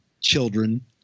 children